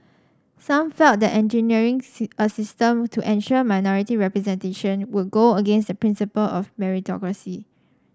some felt that engineering a system to ensure minority representation would go against the principle of meritocracy